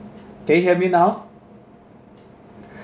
can you hear me now